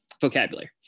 vocabulary